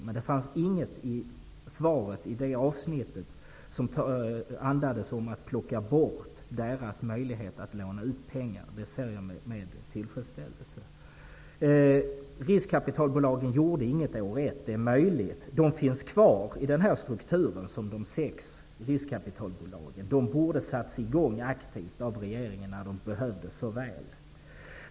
Men det fanns inget i det avsnittet av svaret som andades om att man skulle plocka bort deras möjlighet att låna ut pengar, och det ser jag med tillfredsställelse. Det är möjligt att riskkapitalbolagen inte gjorde något år ett. Men de finns kvar i denna struktur som sex riskkapitalbolag. Regeringen borde ha satt i gång deras verksamhet när den såväl behövdes.